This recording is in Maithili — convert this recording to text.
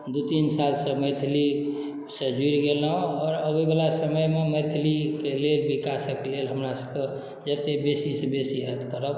दू तीन सालसँ मैथिलीसँ जुड़ि गेलहुँ आओर अबैवला समयमे मैथिलीके लेल विकासके लेल हमरा सबके जतेक बेसीसँ बेसी हैत करब